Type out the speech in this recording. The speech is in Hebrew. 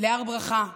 להר ברכה לדבר,